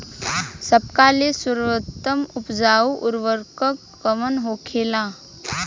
सबका ले सर्वोत्तम उपजाऊ उर्वरक कवन होखेला?